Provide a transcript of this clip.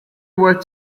worth